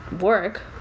work